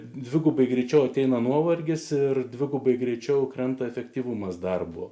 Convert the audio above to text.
dvigubai greičiau ateina nuovargis ir dvigubai greičiau krenta efektyvumas darbo